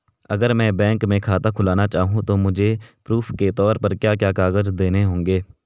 अगर मैं बैंक में खाता खुलाना चाहूं तो मुझे प्रूफ़ के तौर पर क्या क्या कागज़ देने होंगे?